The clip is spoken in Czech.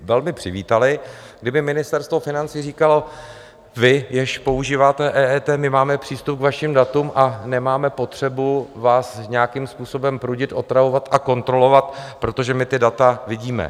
Oni by velmi přivítali, kdyby Ministerstvo financí říkalo: vy, kdo používáte EET, my máme přístup k vašim datům a nemáme potřebu vás nějakým způsobem prudit, otravovat a kontrolovat, protože my ta data vidíme.